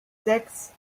sechs